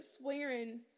swearing